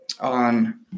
on